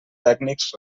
tècnics